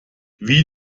wie